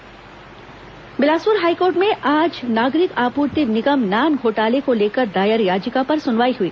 high court नान घोटाला Bilaspur high court में आज नागरिक आपूर्ति निगम नान घोटाले को लेकर दायर याचिका पर सुनवाई हई